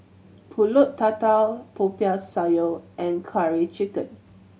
Pulut Tatal Popiah Sayur and Curry Chicken